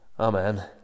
Amen